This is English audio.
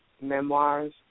memoirs